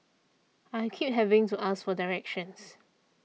I keep having to ask for directions